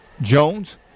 Jones